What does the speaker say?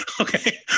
Okay